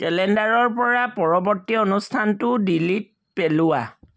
কেলেণ্ডাৰৰ পৰা পৰৱৰ্তী অনুষ্ঠানটো ডিলিট পেলোৱা